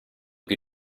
più